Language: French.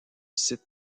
site